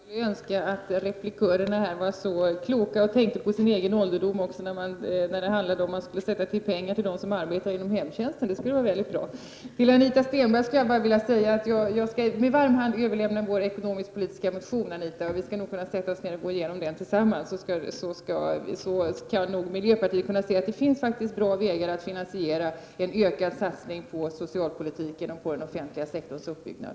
Herr talman! Det skulle vara väldigt bra om replikörerna här var så kloka att de tänkte på sin egen ålderdom också när det handlar om att sätta till pengar för dem som arbetar inom hemtjänsten. Till Anita Stenberg vill jag bara säga att jag med varm hand skall överlämna vår ekonomisk-politiska motion. Om vi sätter oss ned och går igenom den tillsammans, skall nog miljöpartiet kunna se att det faktiskt finns bra vägar att finansiera en ökad satsning på socialpolitiken och på den offentliga sektorns uppbyggnad.